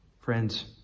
Friends